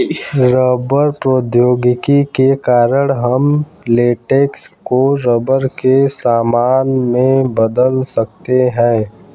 rubber प्रौद्योगिकी के कारण हम लेटेक्स को रबर के सामान में बदल सकते हैं